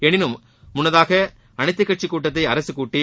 எனினும் முன்னதாகவே அனைத்துக் கட்சிக் கூட்டத்தை அரசு கூட்டி